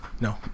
No